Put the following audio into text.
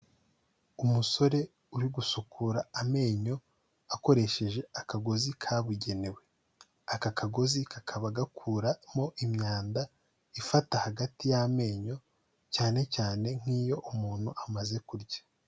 Umusore uri gusukura amenyo akoresheje akagozi kabugenewe, aka kagozi kakaba gakuramo imyanda ifata hagati y'amenyo cyane cyane nk'iyo umuntu amaze kurya.